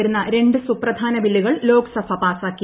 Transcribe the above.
വരുന്ന രണ്ടു സുപ്രധാന ബില്ലുകൾ ലോക്സഭ പാസാക്കി